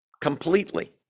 completely